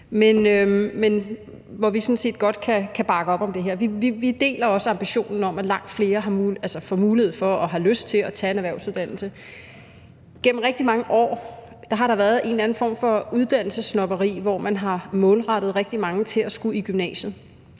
men vi kan sådan set godt bakke op om det her. Vi deler også ambitionen om, at langt flere får mulighed for og har lyst til at tage en erhvervsuddannelse. Gennem rigtig mange år har der været en eller anden form for uddannelsessnobberi, hvor man har opfordret rigtig mange til at skulle i gymnasiet,